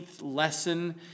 lesson